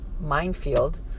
minefield